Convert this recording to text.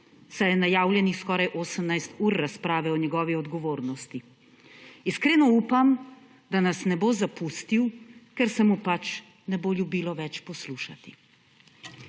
saj je najavljenih skoraj 18 ur razprave o njegovi odgovornosti. Iskreno upam, da nas ne bo zapustil, ker se mu pač ne bo ljubilo več poslušati.